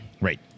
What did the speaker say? Right